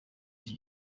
iki